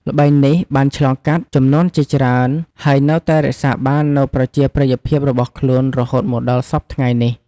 ល្បែងនេះបានឆ្លងកាត់ជំនាន់ជាច្រើន ហើយនៅតែរក្សាបាននូវប្រជាប្រិយភាពរបស់ខ្លួនរហូតមកដល់សព្វថ្ងៃនេះ។